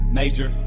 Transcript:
major